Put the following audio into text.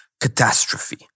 catastrophe